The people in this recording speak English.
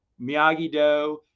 Miyagi-Do